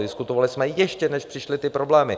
Diskutovali jsme, ještě než přišly problémy.